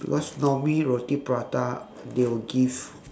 because normally roti prata they will give